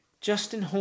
Justin